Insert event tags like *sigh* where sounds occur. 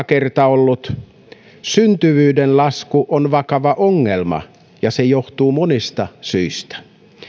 *unintelligible* kerta ollut syntyvyyden lasku on vakava ongelma ja se johtuu monista syistä